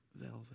velvet